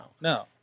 No